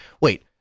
wait